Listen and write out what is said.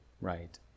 right